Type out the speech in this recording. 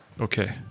Okay